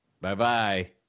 Bye-bye